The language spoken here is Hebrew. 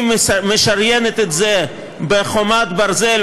היא משריינת את זה בחומת ברזל,